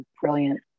brilliant